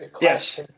yes